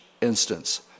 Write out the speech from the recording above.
instance